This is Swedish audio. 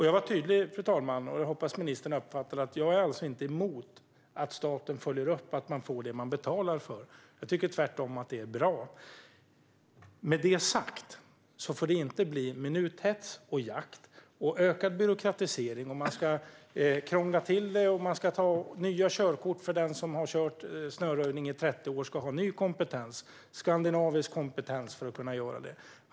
Jag var tydlig, fru talman, och jag hoppas att ministern uppfattade det, med att jag alltså inte är emot att staten följer upp att man får det man betalar för. Jag tycker tvärtom att det är bra. Med det sagt vill jag understryka att det inte får bli minuthets, jakt, ökad byråkratisering, att man krånglar till det och att den som har snöröjt i 30 år ska ta nytt körkort och ha ny skandinavisk kompetens för att kunna snöröja.